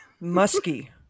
Musky